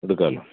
എടുക്കാലോ